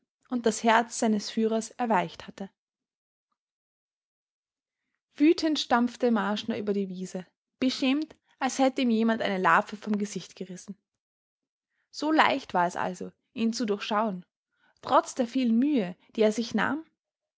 und das herz seines führers erweicht hatte wütend stampfte marschner über die wiese beschämt als hätte ihm jemand eine larve vom gesicht gerissen so leicht war es also ihn zu durchschauen trotz der vielen mühe die er sich nahm